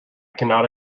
cannot